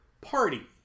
party